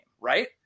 right